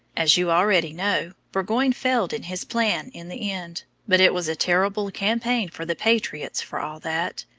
as you already know, burgoyne failed in his plan in the end but it was a terrible campaign for the patriots for all that.